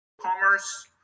commerce